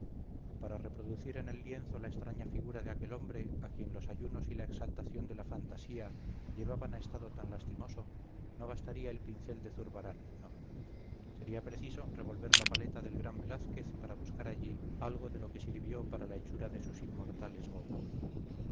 para reproducir en el lienzo la extraña figura de aquel hombre a quien los ayunos y la exaltación de la fantasía llevaran a estado tan lastimoso no bastaría el pincel de zurbarán no sería preciso revolver la paleta del gran velázquez para buscar allí algo de lo que sirvió para la hechura de sus inmortales bobos